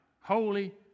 holy